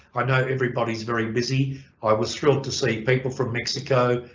i know everybody's very busy i was thrilled to see people from mexico,